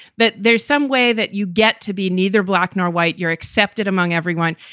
that there's some way that you get to be neither black nor white. you're accepted among everyone,